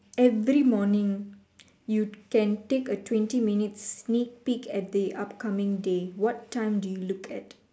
every morning you can take a twenty minute sneak peek at the upcoming day what time do you look at